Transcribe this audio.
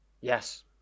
Yes